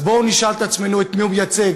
אז בואו נשאל את עצמנו את מי הוא מייצג.